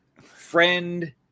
friend